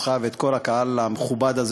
אותך ואת כל הקהל המכובד הזה,